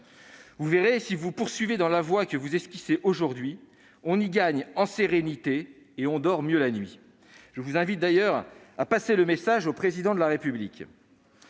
Vous le verrez si vous poursuivez dans la voie que vous esquissez aujourd'hui : on y gagne en sérénité et on dort mieux la nuit. Je vous invite d'ailleurs à passer le message au Président de la République.